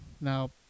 Now